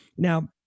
Now